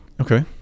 Okay